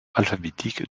alphabétique